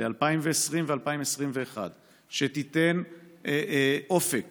ל-2020 ו-2021 שתיתן אופק